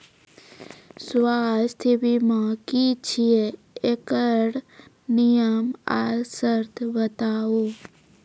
स्वास्थ्य बीमा की छियै? एकरऽ नियम आर सर्त बताऊ?